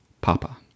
Papa